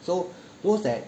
so what's that